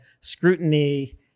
scrutiny